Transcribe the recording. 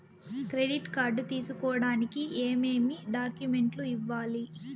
credit card తీసుకోడానికి ఏమేమి డాక్యుమెంట్లు ఇవ్వాలి